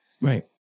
Right